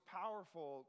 powerful